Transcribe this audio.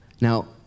Now